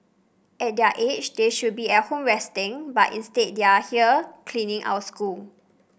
at their age they should be at home resting but instead they are here cleaning our school